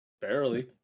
Barely